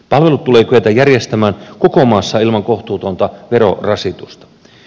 palvelut tulee kyetä järjestämään koko maassa ilman kohtuutonta verorasitusta